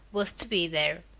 was to be there.